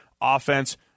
offense